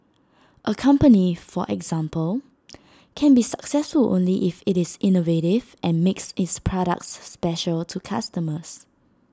A company for example can be successful only if IT is innovative and makes its products special to customers